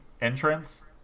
entrance